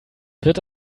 wird